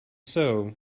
sow